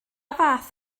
fath